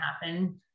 happen